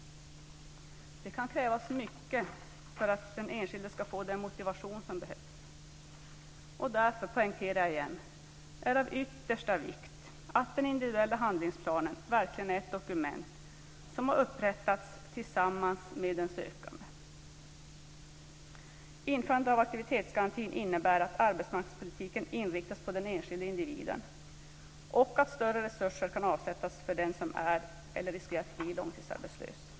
Det kan krävas mycket för att den enskilde ska få den motivation som behövs. Därför poängterar jag igen att det är av yttersta vikt att den individuella handlingsplanen verkligen är ett dokument som har upprättats tillsammans med den sökande. Införandet av aktivitetsgarantin innebär att arbetsmarknadspolitiken inriktas på den enskilde individen och att större resurser kan avsättas för den som är eller riskerar att bli långtidsarbetslös.